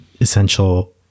essential